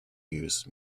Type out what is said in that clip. used